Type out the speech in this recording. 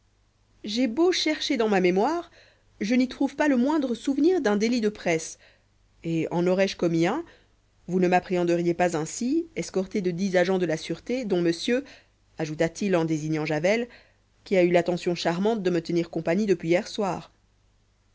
j'ai beau chercher dans ma mémoire je n'y trouve pas le moindre souvenir d'un délit de presse et en aurais-je commis un vous ne m'appréhenderiez pas ainsi escorté de dix agents de la sûreté dont monsieur ajouta-t-il en désignant javel qui a eu l'attention charmante de me tenir compagnie depuis hier soir